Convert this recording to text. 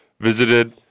visited